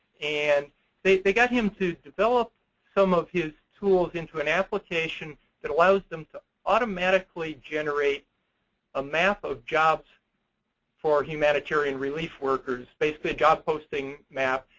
and they they got him to develop some of his tools into an application that allows them automatically generate a map of jobs for humanitarian relief workers basically a job posting map.